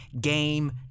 game